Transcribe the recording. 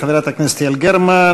חברת הכנסת יעל גרמן,